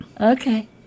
Okay